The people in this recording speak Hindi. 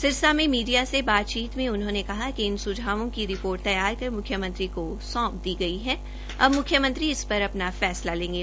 सिरसा में मीडिया से बातचीत में उन्होंने कहा कि इन स्झावों की रिपोर्ट तैयार कर म्ख्यमंत्री को सौंप दी गई है अब म्ख्यमंत्री इस पर अपना फैसला लेंगे